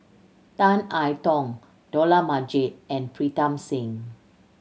Tan I Tong Dollah Majid and Pritam Singh